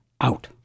out